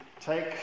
take